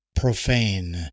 profane